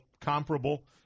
comparable